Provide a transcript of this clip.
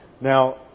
Now